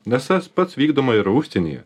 nes tas pats vykdoma yra užsienyje